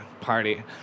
party